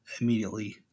immediately